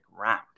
round